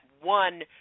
one